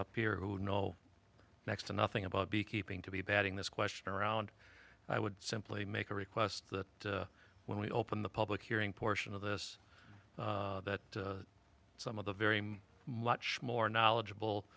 up here who know next to nothing about beekeeping to be batting this question around i would simply make a request that when we open the public hearing portion of this that some of the very much more knowledgeable